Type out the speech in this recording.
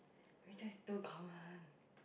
Richard is too common